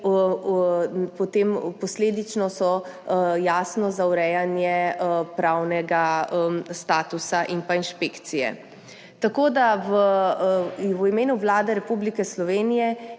potem posledično za urejanje pravnega statusa in inšpekcije. V imenu Vlade Republike Slovenije